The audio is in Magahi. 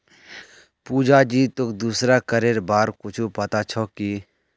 पुजा जी, तोक दूसरा करेर बार कुछु पता छोक की